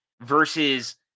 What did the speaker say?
versus